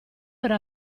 era